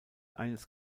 eines